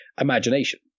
imagination